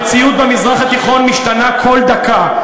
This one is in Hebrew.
המציאות במזרח התיכון משתנה כל דקה.